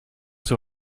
sur